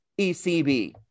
ECB